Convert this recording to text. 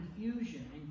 confusion